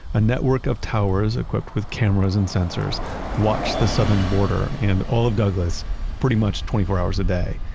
a network of towers equipped with cameras and sensors watch the southern border and all of douglas pretty much twenty four hours a day.